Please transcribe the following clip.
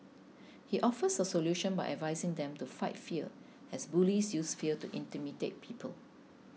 he offers a solution by advising them to fight fear as bullies use fear to intimidate people